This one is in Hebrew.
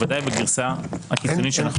בוודאי בגרסה הקיצונית שאנחנו רואים